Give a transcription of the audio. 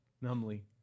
numbly